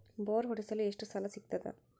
Bore ಹೊಡೆಸಲು ಎಷ್ಟು ಸಾಲ ಸಿಗತದ?